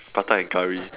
prata and Curry